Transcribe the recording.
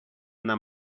una